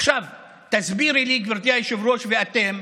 עכשיו תסבירי לי, גברתי היושבת-ראש, ואתם,